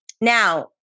Now